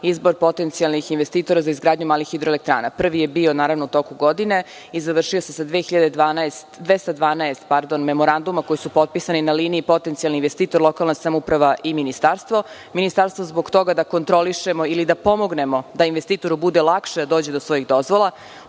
izbor potencijalnih investitora za izgradnju malih hidroelektrana. Prvi je bio u toku godine i završio se sa 212 memoranduma koji su potpisani na liniji potencijalni investitor, lokalna samouprava i Ministarstvo. Ministarstvo zbog toga da kontroliše ili da pomogne investitoru da lakše dođe do svojih dozvola. Ono